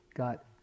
got